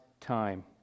time